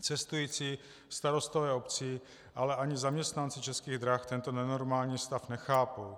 Cestující, starostové obcí, ale ani zaměstnanci Českých drah tento nenormální stav nechápou.